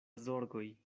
zorgoj